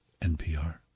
NPR